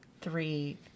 three